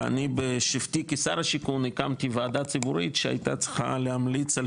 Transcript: ואני בשבתי כשר השיכון הקמתי ועדה ציבורית שהייתה צריכה להמליץ על